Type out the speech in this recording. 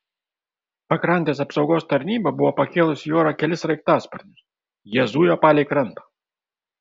pakrantės apsaugos tarnyba buvo pakėlusi į orą kelis sraigtasparnius jie zujo palei krantą